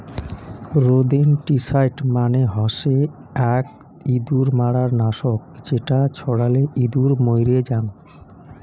rodenticide মানে হসে আক ইঁদুর মারার নাশক যেটা ছড়ালে ইঁদুর মইরে জাং